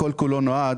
ההסכם כל כולו נועד